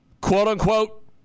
quote-unquote